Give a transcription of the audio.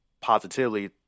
positively